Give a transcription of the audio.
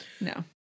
No